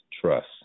trust